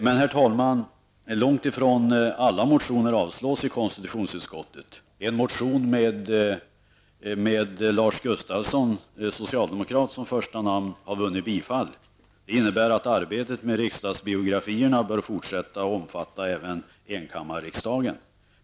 Men, herr talman, långt ifrån alla motioner avstyrks av konstitutionsutskottet: En motion med Lars Gustafsson som första namn har vunnit bifall. Det innebär att arbetet med riksdagsbiografierna bör fortsätta och omfatta även enkammarriksdagen.